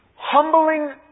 Humbling